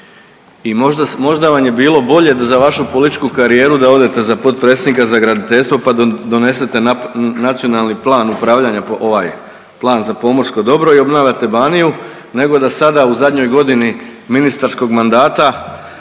i možda vam je bilo bolje za vašu političku karijeru da odete za potpredsjednika za graditeljstvo pa donesete nacionalni plan upravljanja, ovaj, plan za pomorsko dobro i obnavljate Baniju nego da sada u zadnjoj godini ministarskog mandata